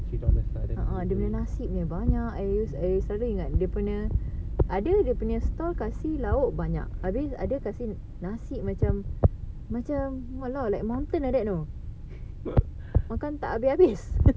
three dollars lah then